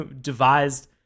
devised